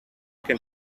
can